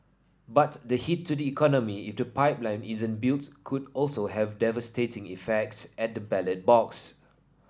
but the hit to the economy if the pipeline isn't built could also have devastating effects at the ballot box